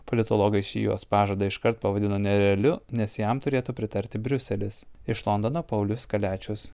politologai šį jos pažadą iškart pavadino nerealiu nes jam turėtų pritarti briuselis iš londono paulius kaliačius